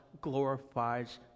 glorifies